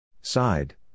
Side